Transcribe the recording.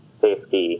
safety